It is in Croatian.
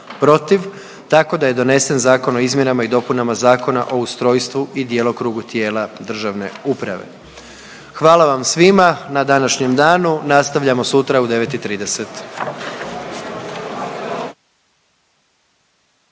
protiv, tako da je donesen Zakon o izmjenama i dopunama Zakona o ustrojstvu i djelokrugu tijela državne uprave. Hvala vam svima na današnjem danu. Nastavljamo sutra u 9,30.